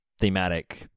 thematic